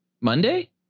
monday